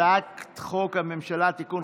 הצעת חוק הממשלה (תיקון,